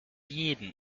jeden